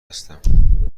هستیم